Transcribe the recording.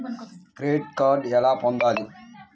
Credit card ఎలా పొందాలి?